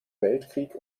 weltkrieg